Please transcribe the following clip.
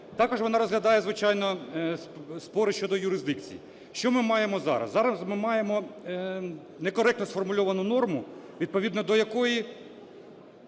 також вона розглядає звичайно спори щодо юрисдикції. Що ми маємо зараз? Зараз ми маємо некоректно сформульовану норму, відповідно до якої